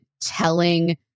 telling